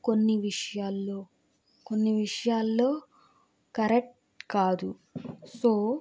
కొన్ని విషయాల్లో కొన్ని విషయాల్లో కరెక్ట్ కాదు సో